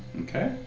Okay